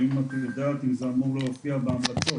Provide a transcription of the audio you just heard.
האם את יודעת אם זה אמור להופיע בהמלצות?